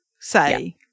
say